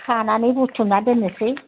खानानै बुथुमना दोननोसै